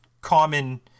common